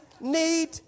need